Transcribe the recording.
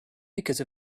because